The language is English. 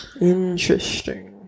Interesting